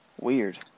Weird